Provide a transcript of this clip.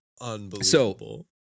Unbelievable